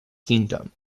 kingdom